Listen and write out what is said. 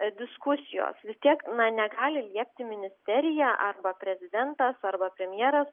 diskusijos vis tiek na negali liepti ministerija arba prezidentas arba premjeras